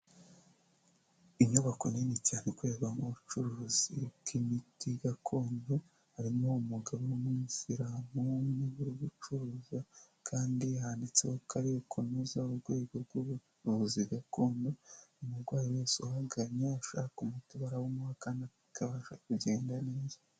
Inyubako nini cyane ikorerwamo ubucuruzi bw'imiti gakondo, harimo umugabo w'umwisiramu umwe uri gucuruza kandi handitseho akarere ko ari kunoza urwego rw'ubuvuzi gakondo, umurwayi wese uhaganye ashaka umuti barawumuha kandi akabasha kugenda neza.